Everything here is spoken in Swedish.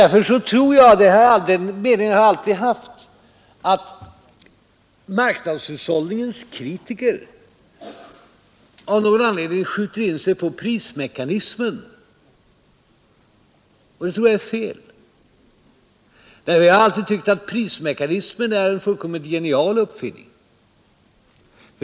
Därför tror jag — den meningen har jag alltid haft — att det är fel när marknadshushållningens kritiker av någon anledning skjuter in sig på prismekanismen. Jag har alltid tyckt att prismekanismen är en fullkomligt genial uppfinning.